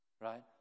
Right